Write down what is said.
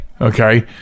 okay